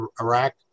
iraq